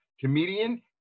comedian